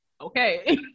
okay